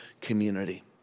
community